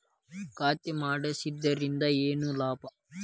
ಖಾತೆ ಮಾಡಿಸಿದ್ದರಿಂದ ಏನು ಲಾಭ?